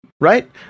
right